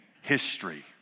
history